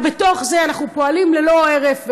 אבל בתוך זה אנחנו פועלים ללא הרף,